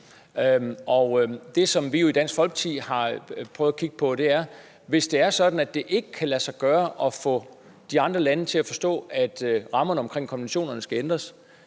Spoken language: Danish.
det, som vi i Dansk Folkeparti har prøvet at kigge på, er, at hvis det er sådan, at det ikke kan lade sig gøre at få de andre lande til at forstå, at rammerne omkring konventionerne skal ændres,